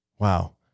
Wow